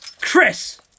Chris